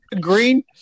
green